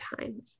time